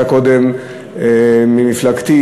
ממפלגתי,